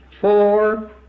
four